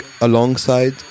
alongside